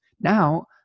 Now